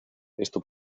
esto